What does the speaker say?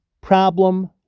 problem